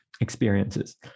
experiences